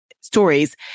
stories